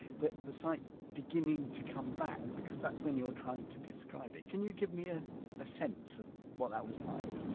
but the sight beginning to come back because that's when you're trying to describe it. can you give me ah a sense of what that was like?